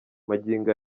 magingo